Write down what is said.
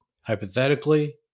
hypothetically